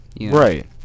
Right